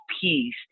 peace